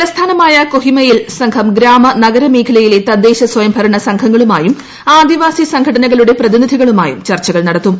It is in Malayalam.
തലസ്ഥാനമായ കൊഹിമയിൽ സംഘം ഗ്രാമ നഗര മേഖലയിലെ തദ്ദേശ സ്വയംഭരണ സംഘങ്ങളുമായും ആദിവാസി സംഘടനകളുടെ പ്രതിനിധികളുമായും ചർച്ചകൾ നടത്തും